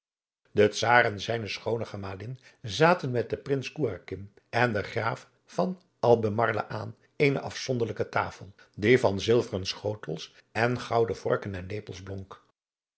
de czaar en zijne schoone gemalin zaten met den prins kourakin en den graaf van albemarle aan eene afzonderlijke tafel die van zilveren schotels en gouden vorken en lepels